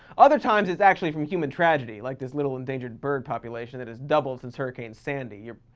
other times it's actually from human tragedy, like this little endangered bird population that has doubled since hurricane sandy. you're